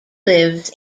lives